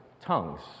tongues